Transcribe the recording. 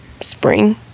spring